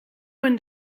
and